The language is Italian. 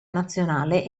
nazionale